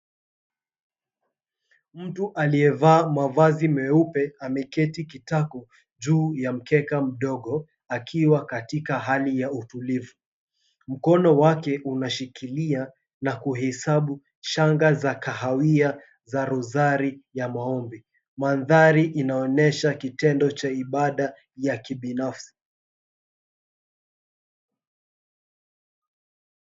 Mtu aliyevaa mavazi meupe ameketi kitako juu ya mkeka mdogo, akiwa katika hali ya utulivu. Mkono wake unashikilia na kuhesabu shanga za kahawia za rozari ya maombi. Mandhari inaonyesha kitendo cha ibada ya kibinafsi.